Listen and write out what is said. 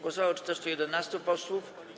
Głosowało 411 posłów.